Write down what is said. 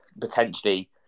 potentially